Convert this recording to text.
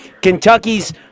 Kentucky's